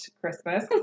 Christmas